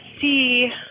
See